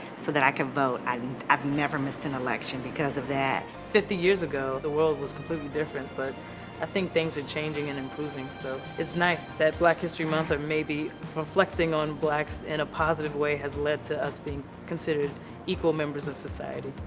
that i could vote. and i've never missed an election because of that. schquita fifty years ago the world was completely different, but i think things are changing and improving, so, it's nice that black history month, or maybe reflecting on blacks in a positive way has led to us being considered equal members of society.